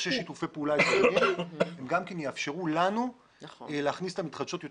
שיתופי פעולה אזוריים שיאפשרו לנו להכניס את המתחדשות יותר